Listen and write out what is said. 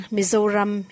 Mizoram